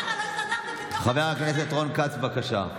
חבר הכנסת רון כץ, בבקשה.